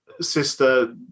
sister